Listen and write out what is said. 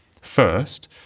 First